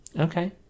Okay